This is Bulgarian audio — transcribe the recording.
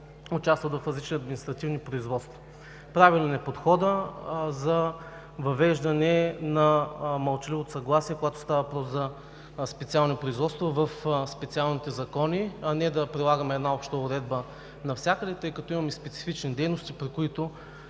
участват в различни административни производства. Правилен е подходът за въвеждане на мълчаливото съгласие, когато става въпрос за специално производство в специалните закони, а не да прилагаме обща уредба навсякъде, тъй като имаме специфични дейности, при които